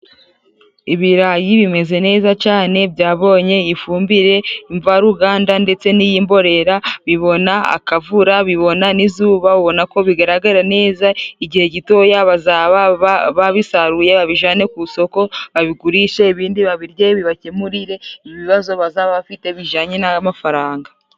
Ibirayi bimeze neza cane, byabonye ifumbire mvaruganda, ndetse n'iy'imborera, bibona akavura, bibona n'izuba ubona ko bigaragara neza, igihe gitoya bazaba babisaruye babijane ku isoko, babigurishe ibindi babirye bibakemurire ibibazo bazaba bafite bijanye n'aya mafaranga.